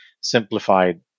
simplified